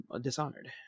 Dishonored